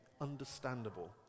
understandable